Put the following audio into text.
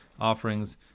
offerings